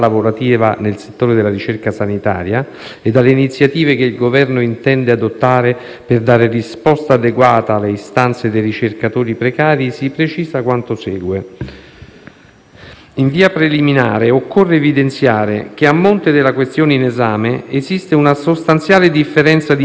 intende adottare per dare risposta adeguata alle istanze dei ricercatori precari, si precisa quanto segue. In via preliminare occorre evidenziare che, a monte della questione in esame, esiste una sostanziale differenza di intenti tra le legittime aspettative del personale addetto alla ricerca